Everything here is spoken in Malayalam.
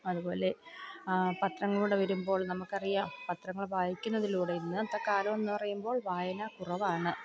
അതുപോലെ പത്രങ്ങളിലൂടെ വരുമ്പോൾ നമുക്കറിയാം പത്രങ്ങൾ വായിക്കുന്നതിലൂടെ ഇന്നത്തെ കാലമെന്ന് പറയുമ്പോൾ വായന കുറവാണ്